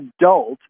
adult